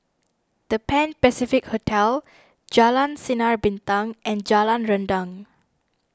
the Pan Pacific Hotel Jalan Sinar Bintang and Jalan Rendang